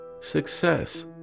success